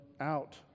out